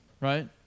right